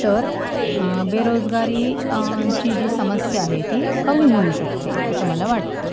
तर बेरोजगारी ची जी समस्या आहे ती कमी होऊ शकते असं मला वाटतं